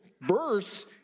verse